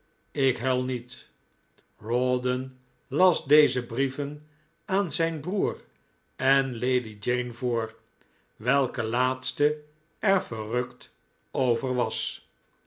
ik hull niet rawdon las deze brieven aan zijn broer en lady jane voor welke laatste er verrukt over was